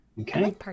Okay